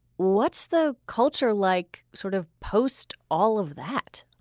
what's the culture like sort of post all of that?